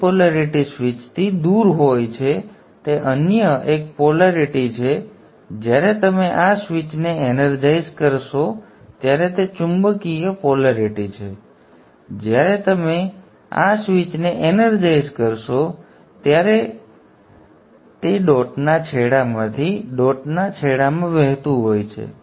dot polarity સ્વીચથી દૂર હોય છે તે અન્ય એક પોલેરિટી છે અને જ્યારે તમે આ સ્વીચને એનર્જાઇઝ કરીશું ત્યારે તે ચુંબકીય પ્રવાહને નોન ડોટ એન્ડમાં અને ડોટના અંતની બહાર લાવવાનો પ્રયાસ કરે છે જ્યારે Q1 ચુંબકીયકરણ ચાલુ હોય ત્યારે તે ડોટના છેડામાંથી ડોટના છેડામાં વહેતું હોય છે